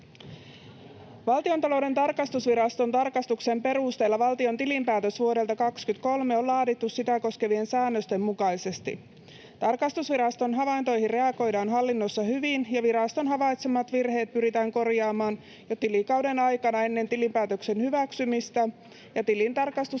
Valtiontalouden tarkastusviraston tarkastuksen perusteella valtion tilinpäätös vuodelta 23 on laadittu sitä koskevien säännösten mukaisesti. Tarkastusviraston havaintoihin reagoidaan hallinnossa hyvin, ja viraston havaitsemat virheet pyritään korjaamaan jo tilikauden aikana ennen tilinpäätöksen hyväksymistä ja tilintarkastuskertomuksen